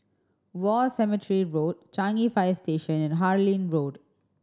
War Cemetery Road Changi Fire Station and Harlyn Road